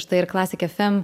štai ir klasik ef em